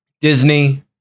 Disney